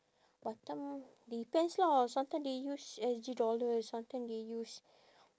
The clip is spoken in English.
batam depends lah sometimes they use S_G dollars sometimes they use